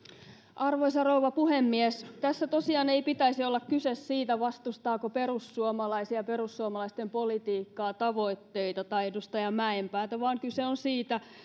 arvoisa rouva puhemies tässä tosiaan ei pitäisi olla kyse siitä vastustaako perussuomalaisia perussuomalaisten politiikkaa tavoitteita tai edustaja mäenpäätä vaan kyse on siitä